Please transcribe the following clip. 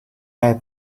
have